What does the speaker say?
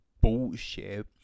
bullshit